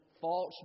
false